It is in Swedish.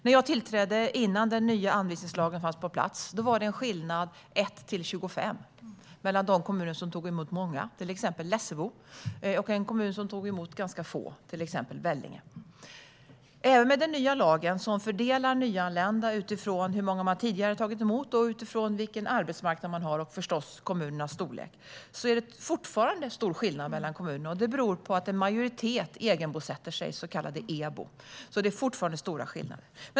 När jag tillträdde innan den nya anvisningslagen fanns på plats var det en skillnad på 1-25 mellan de kommuner som tog emot många, till exempel Lessebo, och de som tog emot ganska få, till exempel Vellinge. Även med den nya lagen, som fördelar nyanlända utifrån hur många man tidigare har tagit emot, vilken arbetsmarknad man har och kommunernas storlek, är det fortfarande stor skillnad mellan kommunerna. Det beror på att en majoritet egenbosätter sig, så kallade EBO. Det finns alltså fortfarande stora skillnader.